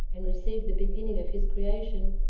and received the beginning of his creation,